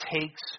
takes